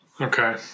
Okay